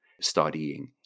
studying